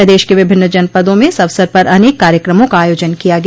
प्रदेश के विभिन्न जनपदों में इस अवसर पर अनेक कार्यक्रमों का आयोजन किया गया